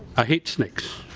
i hate snakes.